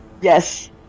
Yes